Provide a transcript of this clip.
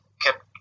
kept